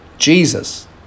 Jesus